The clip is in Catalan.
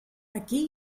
aquí